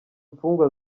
mfungwa